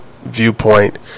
viewpoint